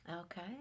Okay